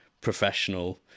professional